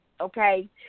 okay